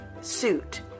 suit